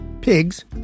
pigs